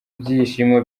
byishimo